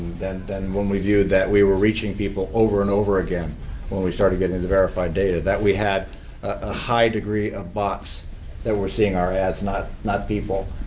then then when we viewed that, we were reaching people over and over again when we started getting into the verified data, that we had a high degree of bots that were seeing our ads, not not people.